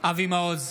אבי מעוז,